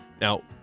Now